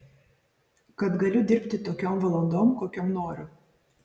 kad galiu dirbti tokiom valandom kokiom noriu